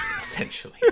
essentially